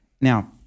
now